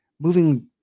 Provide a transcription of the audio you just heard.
moving